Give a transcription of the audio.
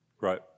right